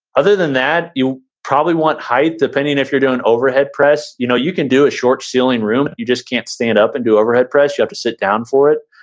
other than that, you'll probably want height, depending if you're doing overhead press. you know you can do a short ceiling room, you just can't stand up and do overhead press, you have to sit down for it.